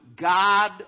God